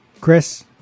Chris